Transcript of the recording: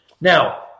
Now